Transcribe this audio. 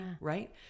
Right